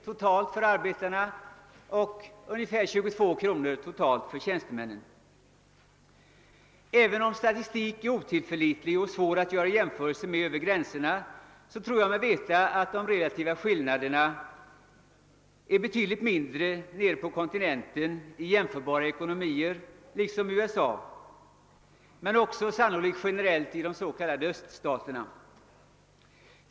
totalt för arbetarna och 22 kr. totalt för tjänstemännen. Även om statistik är otillförlitlig och svår att göra jämförelser med över gränserna, tror jag mig veta, att de relativa skillnaderna är betydligt mindre på kontinenten i jämförbara ekonomier liksom i USA, men också sannolikt generellt i de s.k. Öststaterna.